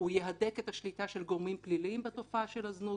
יהדק את השליטה של גורמים פליליים בתופעה של הזנות